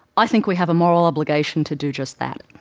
i think we have a moral obligation to do just that.